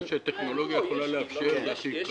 מה שהטכנולוגיה יכולה לאפשר זה הכי קל.